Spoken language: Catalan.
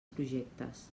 projectes